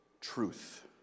truth